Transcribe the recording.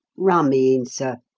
run me in, sir.